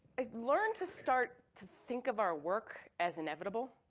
i learned to start to think of our work as inevitable.